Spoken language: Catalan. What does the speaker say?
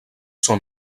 són